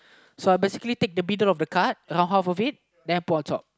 so I basically take the middle of the card around half of it then I put on top